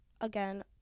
Again